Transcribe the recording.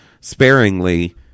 sparingly